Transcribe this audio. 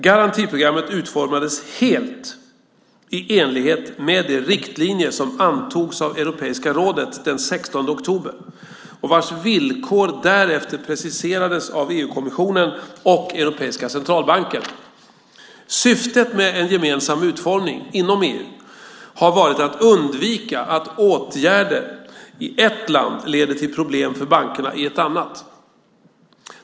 Garantiprogrammet utformades helt i enlighet med de riktlinjer som antogs av Europeiska rådet den 16 oktober och vars villkor därefter preciserades av EU-kommissionen och Europeiska centralbanken. Syftet med en gemensam utformning inom EU har varit att undvika att åtgärder i ett land leder till problem för bankerna i ett annat.